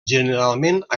generalment